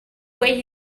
way